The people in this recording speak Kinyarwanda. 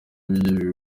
bw’iki